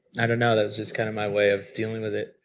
i don't know, that was just kind of my way of dealing with it.